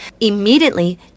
Immediately